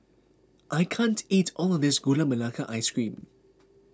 I can't eat all of this Gula Melaka Ice Cream